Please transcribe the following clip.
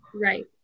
right